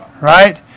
right